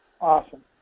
Awesome